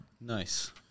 Nice